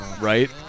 Right